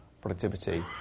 productivity